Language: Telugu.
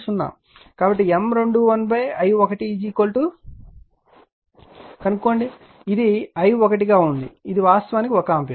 కాబట్టి M21 i1 ను కనుగొనడానికి ప్రయత్నిస్తున్నాము ఇది i1 గా ఉంటుంది ఇది వాస్తవానికి 1 ఆంపియర్